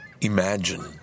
imagine